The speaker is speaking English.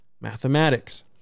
mathematics